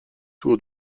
tour